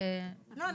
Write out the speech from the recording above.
לא,